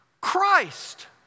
Christ